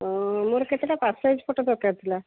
ଅଁ ମୋର କେତେଟା ପାସ୍ ସାଇଜ୍ ଫଟୋ ଦରକାର ଥିଲା